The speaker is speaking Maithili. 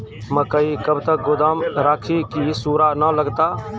मकई कब तक गोदाम राखि की सूड़ा न लगता?